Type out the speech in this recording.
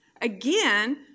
Again